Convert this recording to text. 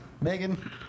Megan